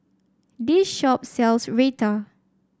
this shop sells Raita